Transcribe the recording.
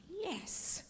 yes